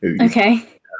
Okay